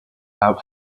have